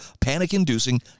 panic-inducing